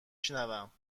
شنوم